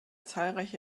zahlreiche